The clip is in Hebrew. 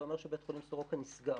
זה אומר שבית החלים סורוקה נסגר.